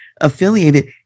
affiliated